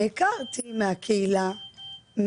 נעקרתי מהקהילה,